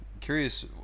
curious